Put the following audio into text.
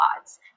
odds